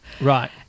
Right